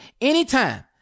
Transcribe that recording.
anytime